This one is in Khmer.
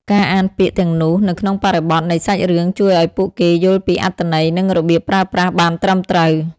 ការអានពាក្យទាំងនោះនៅក្នុងបរិបទនៃសាច់រឿងជួយឲ្យពួកគេយល់ពីអត្ថន័យ និងរបៀបប្រើប្រាស់បានត្រឹមត្រូវ។